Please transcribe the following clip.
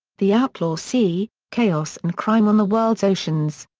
the outlaw sea chaos and crime on the world's oceans.